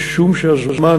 משום שהזמן,